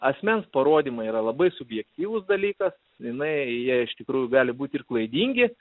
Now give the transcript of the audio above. asmens parodymai yra labai subjektyvus dalykas jinai jie iš tikrųjų gali būti ir klaidingi